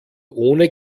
ohne